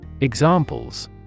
Examples